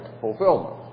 fulfillment